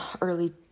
early